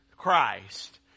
christ